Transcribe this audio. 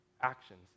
actions